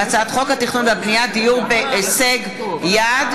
בהצעת חוק התכנון והבנייה (דיור בהישג יד),